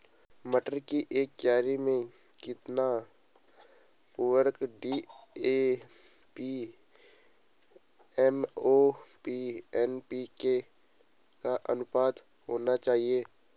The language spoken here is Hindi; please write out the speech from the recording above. मटर की एक क्यारी में कितना उर्वरक डी.ए.पी एम.ओ.पी एन.पी.के का अनुपात होना चाहिए?